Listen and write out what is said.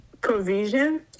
Provision